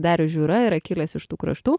darius žiūra yra kilęs iš tų kraštų